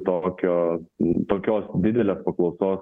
tokio tokios didelės paklausos